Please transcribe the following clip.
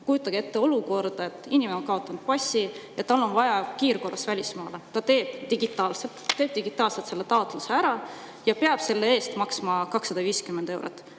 Kujutage ette olukorda, et inimene on kaotanud passi ja tal on vaja kiirkorras välismaale [minna], ta teeb digitaalselt taotluse ära ja peab selle eest maksma 250 eurot.